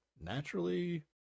naturally